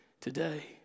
today